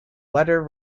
letter